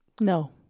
No